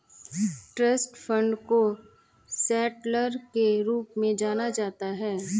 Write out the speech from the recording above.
trust fund को settlor के रूप में जाना जाता है